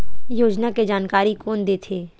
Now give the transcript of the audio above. योजना के जानकारी कोन दे थे?